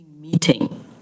meeting